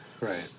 right